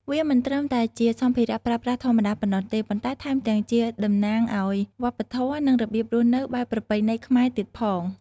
វាមិនត្រឹមតែជាសម្ភារៈប្រើប្រាស់ធម្មតាប៉ុណ្ណោះទេ ប៉ុន្តែថែមទាំងជាតំណាងឱ្យវប្បធម៌ និងរបៀបរស់នៅបែបប្រពៃណីខ្មែរទៀតផង។